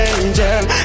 angel